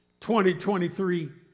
2023